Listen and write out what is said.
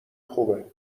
خوبه